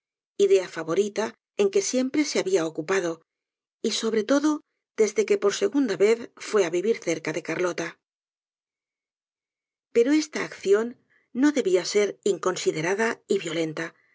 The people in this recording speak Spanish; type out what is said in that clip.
idea favorita en que siempre se había ocupado y sobre todo desde que por segunda vez fue á vivir cerca de carlota pero esta acción no debia ser inconsiderada y violenta